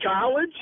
college